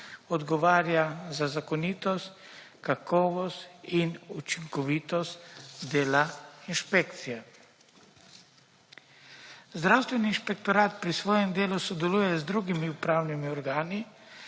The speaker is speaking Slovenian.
odgovarja za zakonitost, kakovost in učinkovitost dela inšpekcije. Zdravstveni inšpektorat pri svojem delu sodeluje z drugimi upravnimi organi